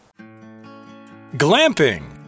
Glamping